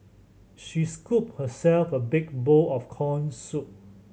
she scooped herself a big bowl of corn soup